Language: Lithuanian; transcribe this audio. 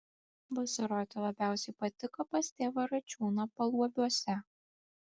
vasaroti labiausiai patiko pas tėvą račiūną paluobiuose